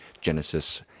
Genesis